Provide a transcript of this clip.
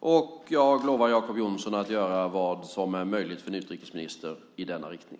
Herr talman! Jag lovar Jacob Johnson att göra vad som är möjligt för en utrikesminister i denna riktning.